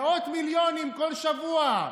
מאות מיליונים כל שבוע,